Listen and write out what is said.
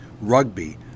rugby